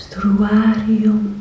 Struarium